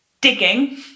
digging